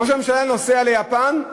ראש הממשלה נוסע ליפן,